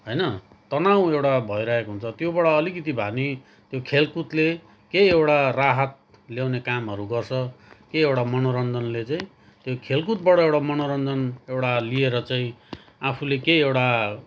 होइन तनाउ एउटा भइरहेको हुन्छ त्योबाट अलिकति भए नि त्यो खेलकुदले केही एउटा राहत ल्याउने कामहरू गर्छ केही एउटा मनोरञ्जनले चाहिँ त्यो खेलकुदबाट एउटा मनोरञ्जन एउटा लिएर चाहिँ आफूले केही एउटा